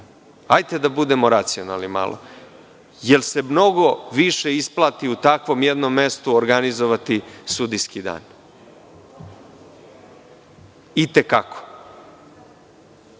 Hajde da budemo malo racionalni. Da li se mnogo više isplati u takvom jednom mestu organizovati sudijske dane? I te kako.